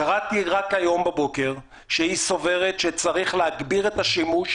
קראתי רק היום בבוקר שהיא סוברת שצריך להגביר את השימוש